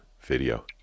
video